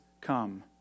come